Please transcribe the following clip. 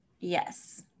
Yes